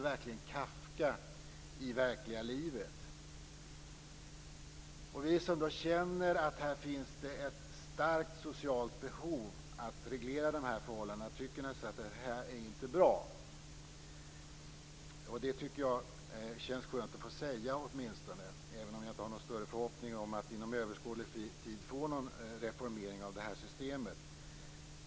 Det är verkligen Vi som känner att det finns ett starkt socialt behov att reglera de här förhållandena tycker naturligtvis att det här inte är bra. Jag tycker att det känns skönt att åtminstone få säga det, även om jag inte har någon större förhoppning om att inom överskådlig tid få någon reformering av det här systemet.